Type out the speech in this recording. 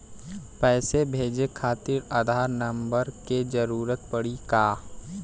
पैसे भेजे खातिर आधार नंबर के जरूरत पड़ी का?